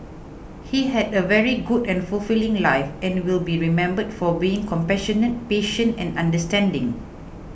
he had a very good and fulfilling life and will be remembered for being compassionate patient and understanding